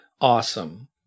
awesome